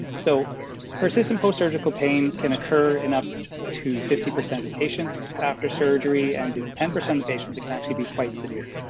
so persistent post-surgical pain can occur in up to fifty percent of patients after surgery. and in ten percent of the patients, it can actually be quite severe.